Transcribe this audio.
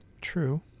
True